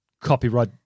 copyright